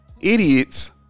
idiots